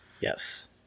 Yes